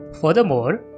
Furthermore